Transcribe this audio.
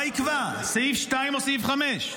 מה יקבע, סעיף 2 או סעיף 5?